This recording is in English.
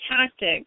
tactic